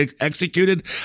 executed